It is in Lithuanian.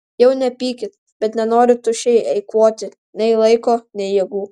jau nepykit bet nenoriu tuščiai eikvoti nei laiko nei jėgų